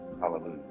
hallelujah